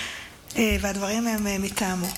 והדברים הם מטעמו.